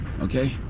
Okay